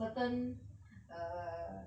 certain err